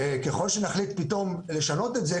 וככל שנחליט פתאום לשנות את זה,